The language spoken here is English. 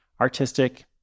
artistic